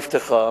החקירה נפתחה.